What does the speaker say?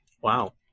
wow